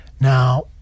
Now